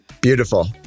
Beautiful